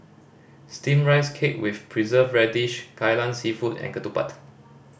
Steamed Rice Cake with Preserved Radish Kai Lan Seafood and ketupat